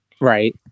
Right